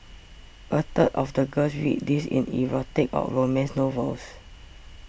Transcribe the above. a third of the girls read these in erotic or romance novels